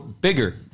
bigger